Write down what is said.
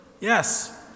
Yes